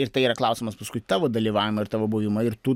ir tai yra klausimas paskui tavo dalyvavime ir tavo buvime ir tu